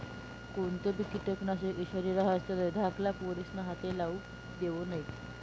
कोणतंबी किटकनाशक ईषारी रहास तधय धाकल्ला पोरेस्ना हाते लागू देवो नै